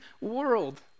world